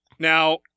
Now